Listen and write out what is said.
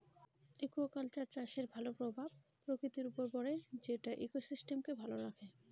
aquaculture চাষের ভালো প্রভাব প্রকৃতির উপর পড়ে যেটা ইকোসিস্টেমকে ভালো রাখে